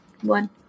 One